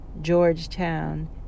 Georgetown